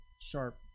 sharp